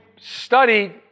studied